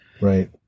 Right